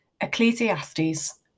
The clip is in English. Ecclesiastes